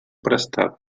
prestades